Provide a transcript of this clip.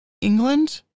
England